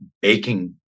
baking